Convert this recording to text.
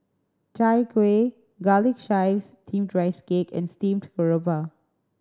Chai Kueh garlic chives steamed cake and steamed garoupa